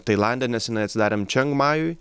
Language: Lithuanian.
tailande nesenai atidarėm čengmajui